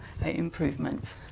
improvements